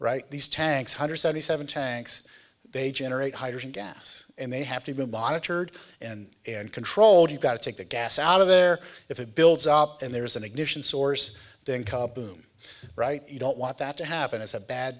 right these tanks hundred seventy seven tanks they generate hydrogen gas and they have to be monitored and controlled you've got to take the gas out of there if it builds up and there's an ignition source then kapu right you don't want that to happen is a bad